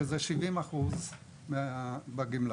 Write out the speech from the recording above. שזה 70% בגמלה,